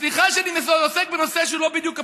סליחה שאני עוסק בנושא שהוא לא בדיוק הפריימריז.